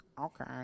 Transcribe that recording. Okay